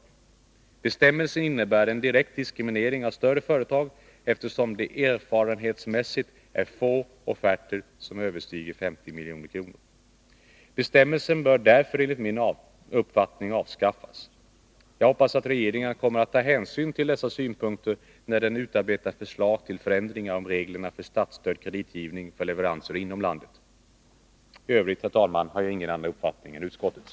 Bestämmelsen innebär en 26 maj 1982 direkt diskriminering av större företag, eftersom det erfarenhetsmässigt är få offerter som överstiger 50 milj.kr. Bestämmelsen bör därför enligt min Näringspolitiken uppfattning avskaffas. Jag hoppas att regeringen kommer att ta hänsyn till dessa synpunkter när den utarbetar förslag till förändringar om reglerna för statsstödd kreditgivning för leveranser inom landet. Jag har, herr talman, i övrigt ingen annan uppfattning är utskottets.